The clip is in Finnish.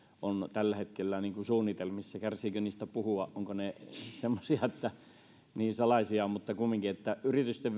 on tällä hetkellä suunnitelmissa kärsiikö niistä puhua ovatko ne niin salaisia mutta kumminkin millä tavalla yritysten